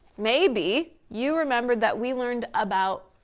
maybe, you remember that we learned about,